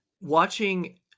watching